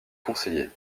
conseillers